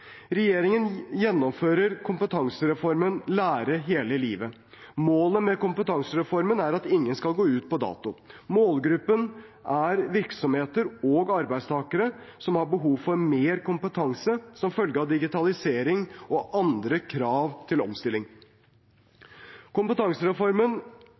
Regjeringen gjennomfører kompetansereformen Lære hele livet. Målet med kompetansereformen er at ingen skal gå ut på dato. Målgruppen er virksomheter og arbeidstakere som har behov for mer kompetanse som følge av digitalisering og andre krav til